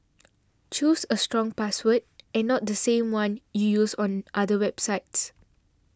choose a strong password and not the same one you use on other websites